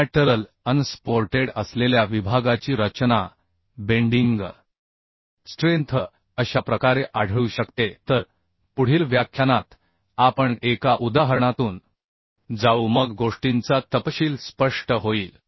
lateral unsupported असलेल्या विभागाची रचना बेंडिंग स्ट्रेंथ अशा प्रकारे आढळू शकते तर पुढील व्याख्यानात आपण एका उदाहरणातून जाऊ मग गोष्टींचा तपशील स्पष्ट होईल